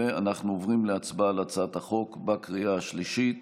אנחנו עוברים להצבעה על הצעת החוק בקריאה השלישית.